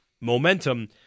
momentum